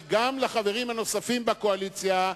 וגם לחברים הנוספים בקואליציה,